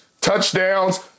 touchdowns